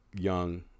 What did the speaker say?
young